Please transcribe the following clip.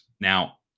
now